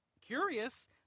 curious